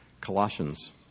Colossians